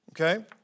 Okay